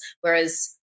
Whereas